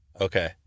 Okay